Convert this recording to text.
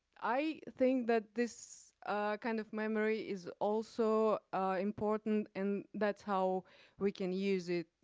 i think that this kind of memory is also important and that's how we can use it,